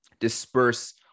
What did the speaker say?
disperse